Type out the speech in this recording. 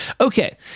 okay